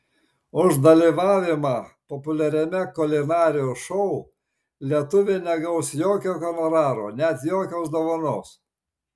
už dalyvavimą populiariame kulinarijos šou lietuvė negaus jokio honoraro net jokios dovanos